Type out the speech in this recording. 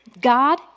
God